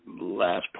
last